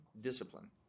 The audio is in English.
discipline